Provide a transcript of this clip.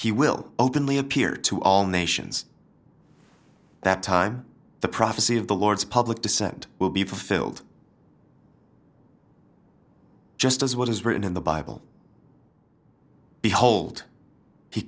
he will openly appear to all nations that time the prophecy of the lord's public dissent will be fulfilled just as what is written in the bible behold he